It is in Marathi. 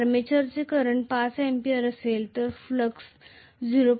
जर आर्मेचर करंट 5 A असेल तर फ्लॅक्स 0